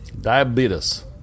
Diabetes